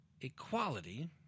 equality